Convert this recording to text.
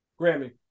Grammy